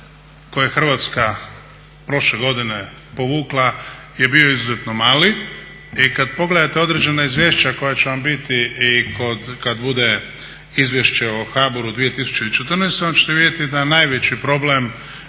povukla je bio izuzetno mali i kad pogledate određena izvješća koja će vam biti i kad bude Izvješće o HBOR-u 2014. onda ćete vidjeti da najveći problem